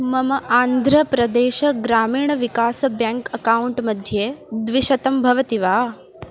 मम आन्ध्रप्रदेशग्रामिण विकास बेङ्क् अकौण्ट् मध्ये द्विशतं भवति वा